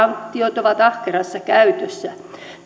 sanktiot ovat ahkerassa käytössä